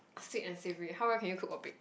sweet and savoury how well can you cook or bake